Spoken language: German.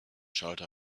schalter